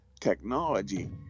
technology